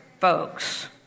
folks